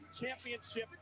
championship